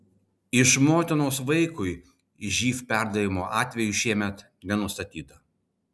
iš motinos vaikui živ perdavimo atvejų šiemet nenustatyta